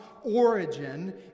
origin